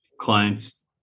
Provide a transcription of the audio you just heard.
clients